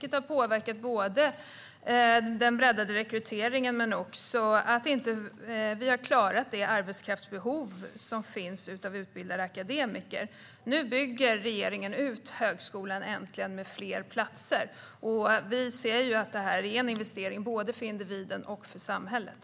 Det har påverkat den breddade rekryteringen, och vi har inte heller klarat det arbetskraftsbehov som finns av utbildade akademiker. Nu bygger regeringen äntligen ut högskolan med fler platser. Vi ser att det är en investering både för individen och för samhället.